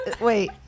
Wait